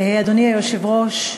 אדוני היושב-ראש,